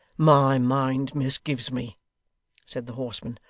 my mind misgives me said the horseman,